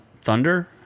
Thunder